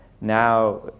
now